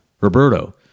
Roberto